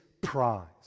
prize